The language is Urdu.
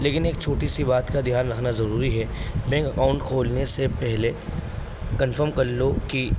لیکن ایک چھوٹی سی بات کا دھیان رکھنا ضروری ہے بینک اکاؤنٹ کھولنے سے پہلے کنفرم کر لو کہ